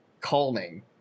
calming